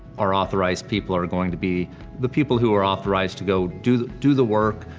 our authorized people are going to be the people who are authorized to go do the do the work.